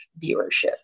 viewership